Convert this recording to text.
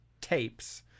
tapes